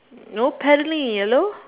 no paddling yellow